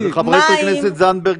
--- חברת הכנסת זנדברג,